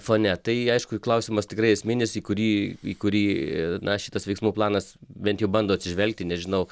fone tai aišku klausimas tikrai esminis į kurį į kurį na šitas veiksmų planas bent jau bando atsižvelgti nežinau